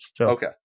Okay